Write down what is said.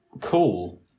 Cool